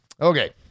Okay